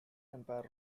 umpire